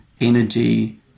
energy